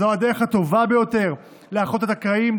זו הדרך הטובה ביותר לאחות את הקרעים,